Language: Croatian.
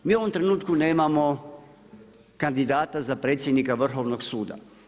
Mi u ovom trenutku nemamo kandidata za predsjednika Vrhovnog suda.